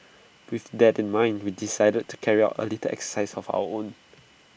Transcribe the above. with that in mind we decided to carry out A little exercise of our own